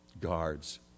Guards